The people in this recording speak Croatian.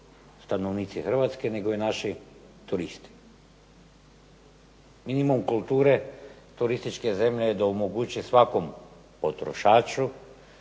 stanovnici Hrvatske nego i naši turisti. Minimum kulture turističke zemlje je da omogući svakom potrošaču